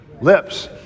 lips